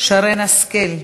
שרן השכל,